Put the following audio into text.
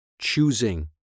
choosing